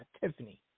Tiffany